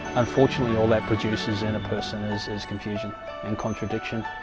unfortunately all that produces in a person is is confusion and contradiction